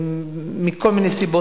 מכל מיני סיבות.